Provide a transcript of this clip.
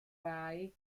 rai